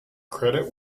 credit